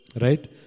Right